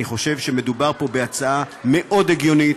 אני חושב שמדובר פה בהצעה מאוד הגיונית,